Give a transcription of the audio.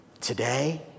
today